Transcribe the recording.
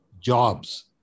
Jobs